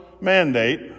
mandate